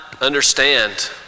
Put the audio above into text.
understand